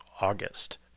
august